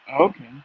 okay